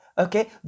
Okay